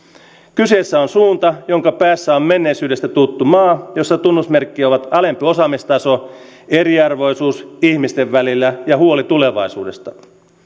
kyseessä on suunta jonka päässä on menneisyydestä tuttu maa jonka tunnusmerkkejä ovat alempi osaamistaso eriarvoisuus ihmisten välillä ja huoli tulevaisuudesta